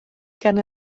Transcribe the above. gan